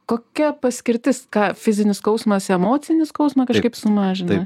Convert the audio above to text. kokia paskirtis ką fizinis skausmas emocinį skausmą kažkaip sumažina